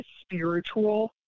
spiritual